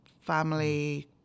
family